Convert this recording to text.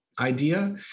idea